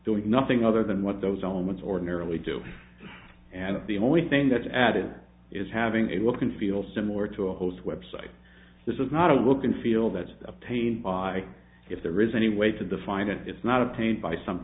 doing nothing other than what those omens ordinarily do and of the only thing that's added is having a look and feel similar to a host website this is not a look and feel that's a pain buy if there is any way to define it it's not obtained by some